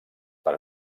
per